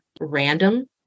random